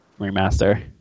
remaster